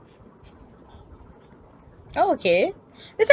oh okay it's like